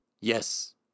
Yes